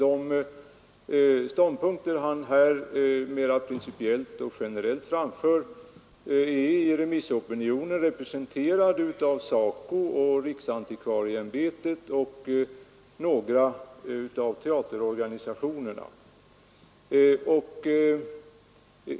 De ståndpunkterna han här principiellt och generellt framför är i remissopinionen representerade av SACO, riksantikvarieämbetet och några av teaterorganisationerna.